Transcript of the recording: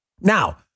Now